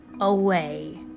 away